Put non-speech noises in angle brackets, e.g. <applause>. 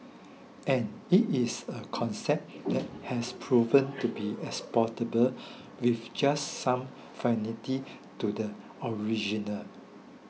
and it is a concept that has proven to be exportable with just some <unintelligible> to the original